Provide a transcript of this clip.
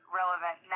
relevant